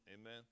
Amen